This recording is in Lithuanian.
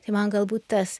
tai man galbūt tas